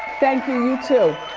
thank you, you too.